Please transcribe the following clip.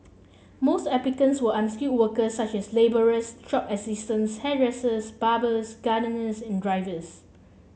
most applicants were unskilled workers such as labourers shop assistants hairdressers barbers gardeners and drivers